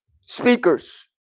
speakers